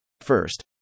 First